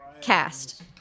cast